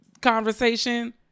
conversation